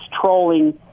trolling